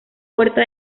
puerta